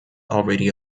already